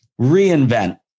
reinvent